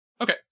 okay